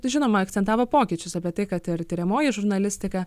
žinoma akcentavo pokyčius apie tai kad ir tiriamoji žurnalistika